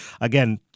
again